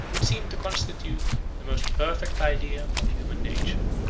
would seem to constitute the most perfect idea of human nature.